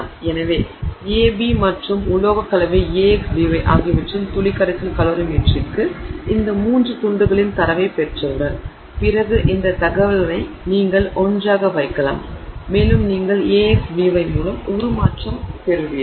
எனவே A B மற்றும் உலோகக்கலவை Ax By ஆகியவற்றின் துளி கரைசல் கலோரிமீட்டரிக்கு இந்த மூன்று துண்டுகளின் தரவைப் பெற்றவுடன் பிறகு இந்த தகவலை நீங்கள் ஒன்றாக வைக்கலாம் மேலும் நீங்கள் Ax By மூலம் உருமாற்றம் பெறுவீர்கள்